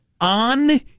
on